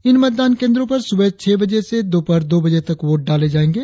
इन मतदान केंद्रों पर सुबह छह बजे से दोपहर दो बजे तक वोट डाले जायेंगे